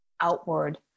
outward